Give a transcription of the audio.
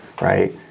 right